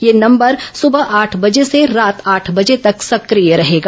यह नंबर सुबह आठ बजे से रात आठ बजे तक सक्रिय रहेगा